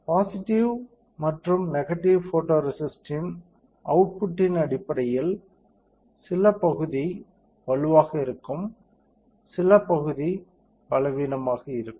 positive மற்றும் negative ஃபோட்டோரேசிஸ்ட்ன் அவுட்புட்டின் அடிப்படையில் சில பகுதி வலுவாக இருக்கும் சில பகுதி பலவீனமாக இருக்கும்